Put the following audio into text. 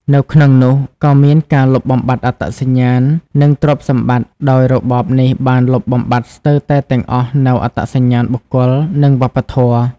នៅក្នុងនោះក៏មានការលុបបំបាត់អត្តសញ្ញាណ និងទ្រព្យសម្បត្តិ ដោយរបបនេះបានលុបបំបាត់ស្ទើរតែទាំងអស់នូវអត្តសញ្ញាណបុគ្គល និងវប្បធម៌។